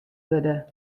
wurde